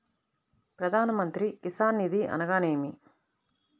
ప్రధాన మంత్రి కిసాన్ నిధి అనగా నేమి?